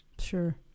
Sure